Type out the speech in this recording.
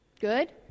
Good